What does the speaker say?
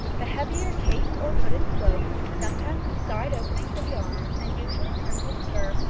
the heavier caped or hooded cloak, sometimes with side opening for the arms, and usually trimmed with fur,